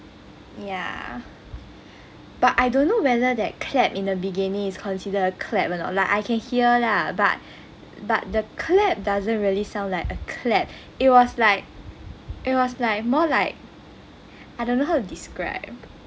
ya but I don't know whether that clap in the beginning is consider a clap or not like I can hear lah but but the clap doesn't really sound like a clap it was like it was like more like I don't know how to describe